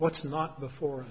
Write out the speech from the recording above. what's not before